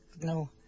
no